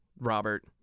Robert